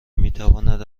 میتواند